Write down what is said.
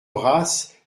race